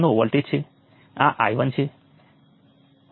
અને આ અહીં એક સપાટી છે જે બાકીના એક નોડને આવરી લે છે